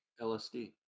LSD